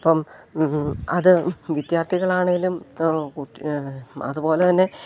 അപ്പം അത് വിദ്യാർത്ഥികളാണെങ്കിലും അതു പോലെ തന്നെ